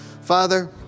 Father